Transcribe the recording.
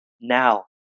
now